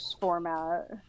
format